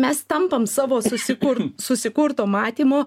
mes tampam savo susikur susikurto matymo